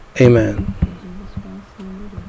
amen